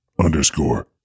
underscore